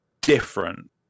different